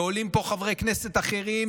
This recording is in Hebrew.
עולים לפה חברי כנסת אחרים,